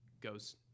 goes